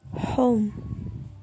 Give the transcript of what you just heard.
home